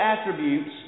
attributes